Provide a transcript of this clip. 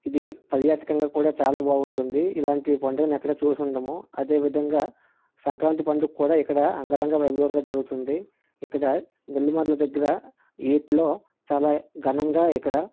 ఇది పర్యాటకంగా కూడా చాలా బాగుంటుంది ఇలాంటి పండుగని ఎక్కడ చూసి ఉండము అదే విధంగా సంక్రాంతి పండుగ కూడా ఇక్కడ అంగరంగ వైభవంగా జరుగుతుంది ఇక్కడ బిళ్ళమార్ల దగ్గర ఈత్లో చాలా ఘనంగా ఇక్కడ